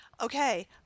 Okay